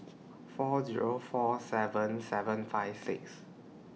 four Zero four seven seven five six